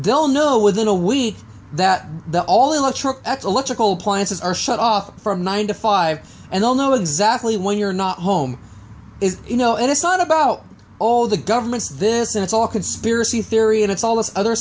they'll know within a week that the all electric x electrical plants are shut off from nine to five and they'll know exactly when you're not home is you know and it's not about all the governments this and it's all conspiracy theory and it's all this other